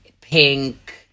pink